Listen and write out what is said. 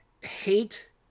hate